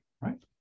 right